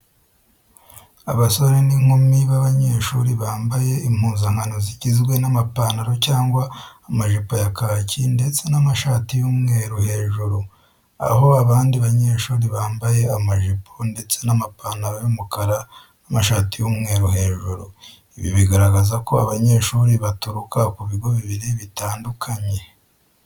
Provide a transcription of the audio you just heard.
Abasore n'inkumi b'abanyeshuri bambaye impuzankano zigizwe n'amapantaro cyangwa amajipo ya kaki ndetse n'amashati y'umweru hejuru, aho abandi banyeshuri bambaye amajipo ndetse n'amapantaro y'umukara n'amashati y'umweru hejuru. Ibi bigaragaza ko abanyeshuri baturuka ku bigo bibiri bitandukanye.